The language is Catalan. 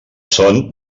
son